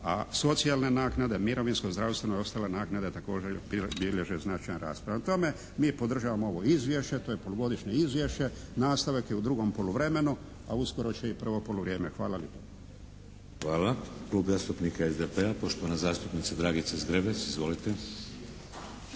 a socijalne naknade, mirovinsko, zdravstveno i ostale naknade također bilježe značajan rast. Prema tome mi podržavamo ovo izvješće, to je polugodišnje izvješće. Nastavak je u drugom poluvremenu, a uskoro će i prvo poluvrijeme. Hvala lijepo. **Šeks, Vladimir (HDZ)** Hvala. Klub zastupnika SDP-a, poštovana zastupnica Dragica Zgrebec. Izvolite.